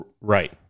right